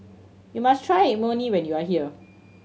you must try Imoni when you are here